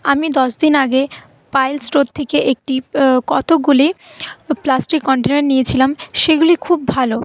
আমি দশদিন আগে পায়েল স্টোর থেকে একটি কতগুলি প্লাস্টিক কন্টেনার নিয়েছিলাম সেগুলি খুব ভালো